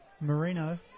Marino